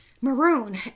Maroon